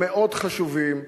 המאוד-חשובים,